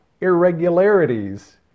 irregularities